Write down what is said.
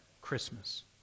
Christmas